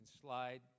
slide